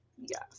yes